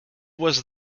was